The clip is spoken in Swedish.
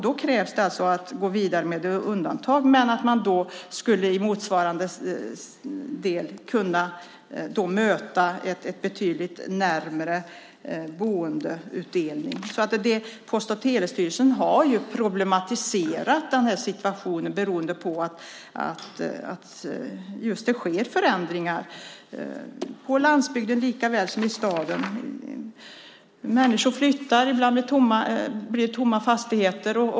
Då krävs det att man går vidare med undantag för att möta behovet av en betydligt närmre boendeutdelning. Post och telestyrelsen har sett till problemen med situationen beroende på att det sker förändringar på landsbygden likväl som i staden. Människor flyttar och ibland blir det tomma fastigheter.